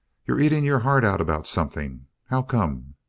you're eating your heart out about something. how come?